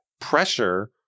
pressure